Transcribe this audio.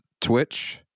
Twitch